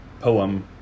poem